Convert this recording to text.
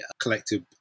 collective